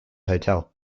hotel